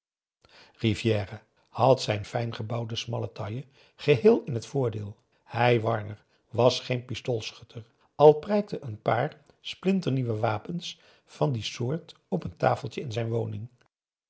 rivière had zijn fijngebouwde smalle taille geheel in het voordeel hij warner was geen pistoolschutter al prijkten een paar p a daum hoe hij raad van indië werd onder ps maurits splinternieuwe wapens van die soort op een tafeltje in zijn woning